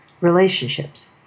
relationships